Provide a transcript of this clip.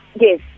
Yes